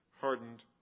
hardened